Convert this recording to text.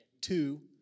two